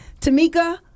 Tamika